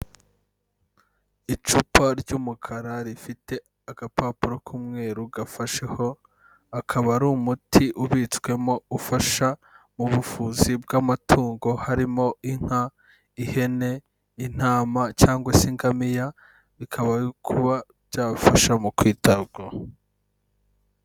Icupa ry'umukara rifite agapapuro k'umweru gafasheho, akaba ari umuti ubitswemo ufasha mu buvuzi bw'amatungo harimo inka, ihene, intama cyangwa se ingamiya, bikaba kuba byabafasha mu kwitabwaho.